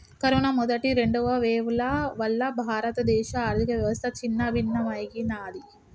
corona మొదటి, రెండవ వేవ్ల వల్ల భారతదేశ ఆర్ధికవ్యవస్థ చిన్నాభిన్నమయ్యినాది